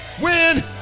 Win